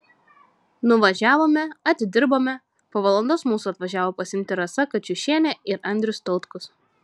nuvažiavome atidirbome po valandos mūsų atvažiavo pasiimti rasa kačiušienė ir andrius tautkus